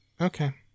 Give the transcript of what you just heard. Okay